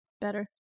better